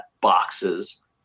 boxes